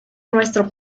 nuestro